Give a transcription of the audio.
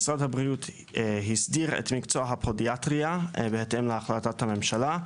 - משרד הבריאות הסדיר את מקצוע הפודיאטריה בהתאם להחלטת הממשלה,